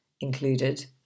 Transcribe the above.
included